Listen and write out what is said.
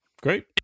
great